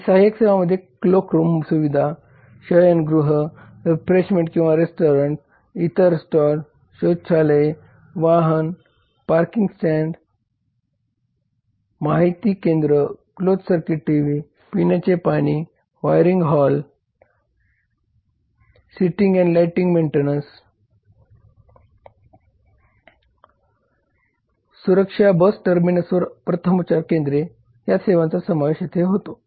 आणि सहाय्यक सेवा मध्ये क्लोक रूम सुविधा शयनगृह रिफ्रेशमेंट किंवा रेस्टॉरंट्स इतर स्टॉल शौचालये वाहन पार्किंग स्टँड माहिती केंद्र क्लोज सर्किट टीव्ही पिण्याचे पाणी wiring hall wiring halls seating and lighting maintenance सुरक्षा बस टर्मिनसवर प्रथमोपचार केंद्रे या सेवांचा समावेश होतो